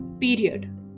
Period